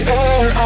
air